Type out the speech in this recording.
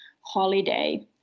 holiday